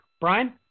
Brian